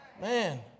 Man